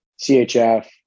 CHF